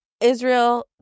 Israel